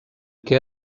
què